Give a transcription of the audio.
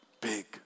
big